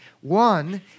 One